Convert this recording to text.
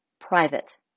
Private